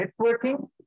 networking